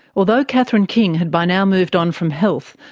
although catherine king had by now moved on from health,